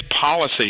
policy